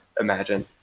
imagine